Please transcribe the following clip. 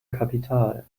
kapital